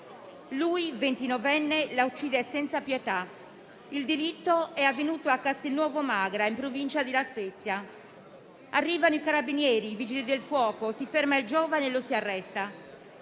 Lui, ventinovenne, l'ha uccisa senza pietà. Il delitto è avvenuto a Castelnuovo Magra, in provincia di La Spezia. Sono arrivati i Carabinieri e i Vigili del fuoco, si è fermato il giovane e lo si è arrestato.